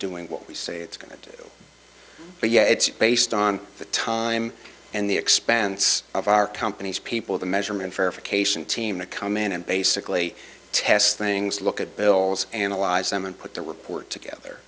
doing what we say it's going to do but yeah it's based on the time and the expense of our companies people the measurement verification team to come in and basically test things look at bills analyze them and put the report together